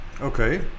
Okay